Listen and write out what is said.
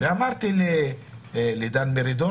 ואמרתי לדן מרידור